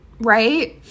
right